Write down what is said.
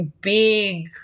big